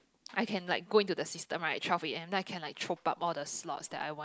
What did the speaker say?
I can like go in to the systems right twelve A_M then I can like chop up all the slots that I want